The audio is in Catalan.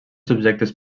subjectes